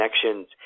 connections